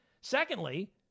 Secondly